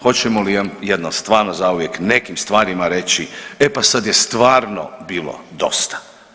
Hoćemo li jednom stvarno zauvijek nekim stvarima reći, e pa sad je stvarno bilo dosta.